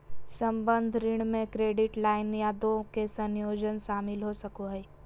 संबंद्ध ऋण में क्रेडिट लाइन या दो के संयोजन शामिल हो सको हइ